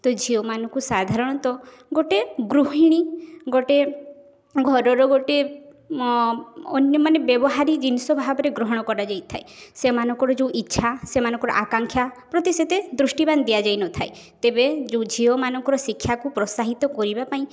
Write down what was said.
ତ ଝିଅ ମାନଙ୍କୁ ସାଧାରଣତଃ ଗୋଟେ ଗୃହିଣୀ ଗୋଟେ ଘରର ଗୋଟେ ଅନ୍ୟ ମାନେ ବ୍ୟବହାରୀ ଜିନିଷ ଭାବରେ ଗ୍ରହଣ କରାଯାଇ ଥାଏ ସେମାନଙ୍କର ଯେଉଁ ଇଚ୍ଛା ସେମାନଙ୍କର ଆକାଂକ୍ଷା ପ୍ରତି ସେତେ ଦୃଷ୍ଟିବାନ ଦିଆଯାଇ ନଥାଏ ତେବେ ଯେଉଁ ଝିଅ ମାନଙ୍କର ଶିକ୍ଷା କୁ ପ୍ରୋତ୍ସାହିତ କରିବା ପାଇଁ